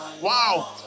Wow